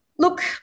Look